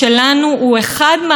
מאז 1992,